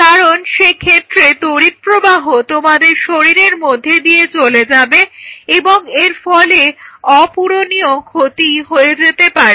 কারণ সেক্ষেত্রে তড়িৎ প্রবাহ তোমাদের শরীরের মধ্যে দিয়ে চলে যাবে এবং এর ফলে অপূরণীয় ক্ষতি হয়ে যেতে পারে